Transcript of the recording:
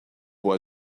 pour